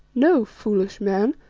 know, foolish man,